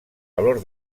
valor